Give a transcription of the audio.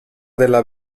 della